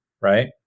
right